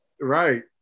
Right